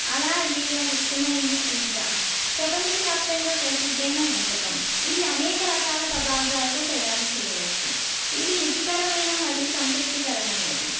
అలాగే నాకిష్టమైనది పిజ్జా ప్రపంచవ్యాప్తంగా ప్రసిద్ది అయిన వంటకం ఇది అనేక రకాల పదార్థాలతో తయారు చేయవచ్చు ఇది రుచికరమైన మరియు సంతృప్తికరమైనది